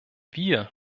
wir